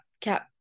cap